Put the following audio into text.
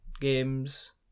Games